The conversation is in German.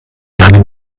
einem